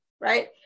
right